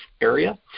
area